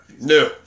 No